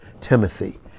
Timothy